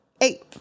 Eight